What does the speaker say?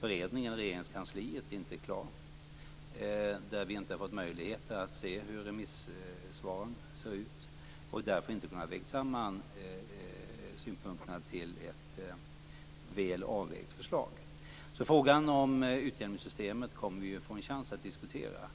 beredningen i Regeringskansliet inte är klar, där vi inte har fått möjligheter att se hur remissvaren ser ut och därför inte har kunnat väga samman synpunkterna till ett väl avvägt förslag. Frågan om utjämningssystemet kommer vi att få en chans att diskutera.